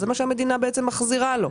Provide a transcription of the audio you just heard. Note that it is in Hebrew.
זה מה שהמדינה בעצם מחזירה לו.